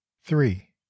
three